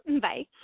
Bye